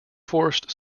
forest